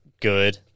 good